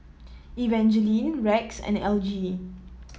Evangeline Rex and Elgie